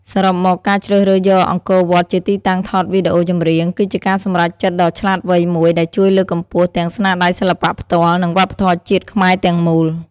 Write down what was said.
សរុបមក ការជ្រើសរើសយកអង្គរវត្តជាទីតាំងថតវីដេអូចម្រៀង គឺជាការសម្រេចចិត្តដ៏ឆ្លាតវៃមួយដែលជួយលើកកម្ពស់ទាំងស្នាដៃសិល្បៈផ្ទាល់ និងវប្បធម៌ជាតិខ្មែរទាំងមូល។